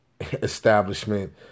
establishment